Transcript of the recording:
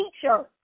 teacher